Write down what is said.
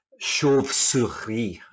chauve-souris